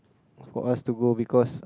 for us to go because